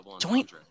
Joint